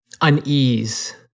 unease